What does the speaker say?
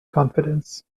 confidence